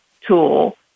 tool